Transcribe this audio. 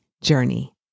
journey